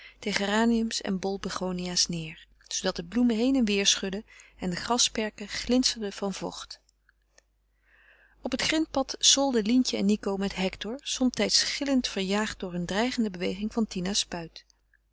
de geraniums en bolbegonia's neêr zoodat de bloemen heen en weêr schudden en de grasperken glinsterden van vocht op het grindpad solden lientje en nico met hector somtijds gillend verjaagd door eene dreigende beweging van tina's